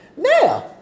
Now